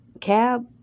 Cab